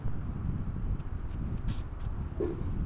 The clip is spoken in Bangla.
কৃষি দফতর থেকে উন্নত মানের ধানের বীজ কিভাবে পাব?